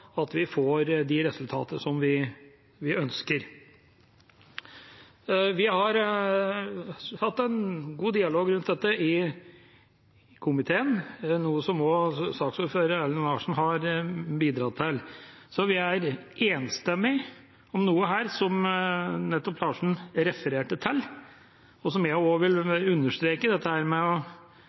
at vi får de resultatene vi ønsker. Vi har hatt en god dialog om dette i komiteen, noe som også saksordfører Erlend Larsen har bidratt til. Vi er enstemmig om det som Larsen nettopp refererte til, og som jeg også vil understreke: